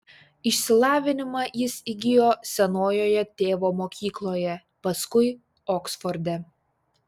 išsilavinimą jis įgijo senojoje tėvo mokykloje paskui oksforde